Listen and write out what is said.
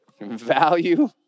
Value